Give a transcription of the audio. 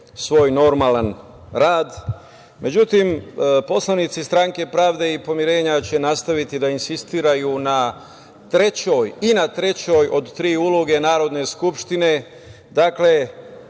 svoj normalan rad.Međutim, poslanici Stranke pravde i pomirenja će nastaviti da insistiraju na trećoj od tri uloge Narodne skupštine. Dakle,